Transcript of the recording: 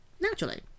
naturally